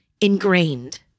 ingrained